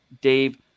dave